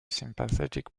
sympathetic